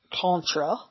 contra